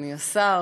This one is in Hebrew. אדוני השר,